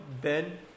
Ben